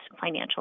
financial